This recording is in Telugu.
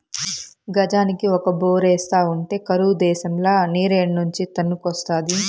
గజానికి ఒక బోరేస్తా ఉంటే కరువు దేశంల నీరేడ్నుంచి తన్నుకొస్తాది